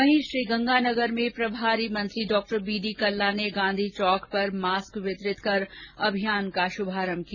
वहीं श्रीगंगानगर में प्रभारी मंत्री डॉ बीडी कल्ला ने गांधी चौक पर मास्क वितरित कर अभियान का शभारंभ किया